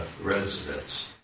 residents